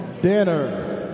dinner